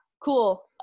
cool